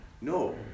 No